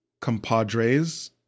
compadres